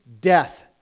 death